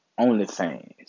OnlyFans